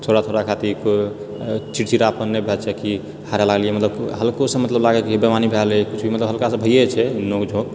थोड़ा थोड़ा खातिर ओ चिड़चिड़ापन नहि भए जाइछेै कि हारऽ लागलियै मतलब हल्कोसे मतलब लागैकि बेइमानी भए रहलेै किछु भी मतलब हल्कासे भइए जाइछेै नोक झोंक